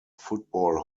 football